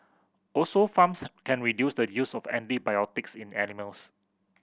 also farms can reduce the use of antibiotics in animals